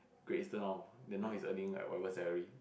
Great Eastern now then now he's earning whatever salary